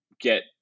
get